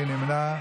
מי נמנע?